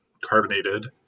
carbonated